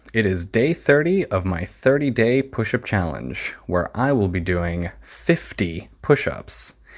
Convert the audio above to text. it is day thirty of my thirty day pushup challenge, where i will be doing fifty pushups.